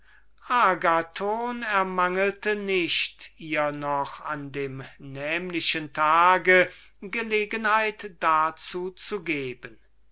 ermangelte nicht ihr noch an dem nämlichen tag gelegenheit dazu zu geben